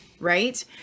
right